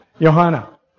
Johanna